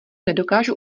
nedokážu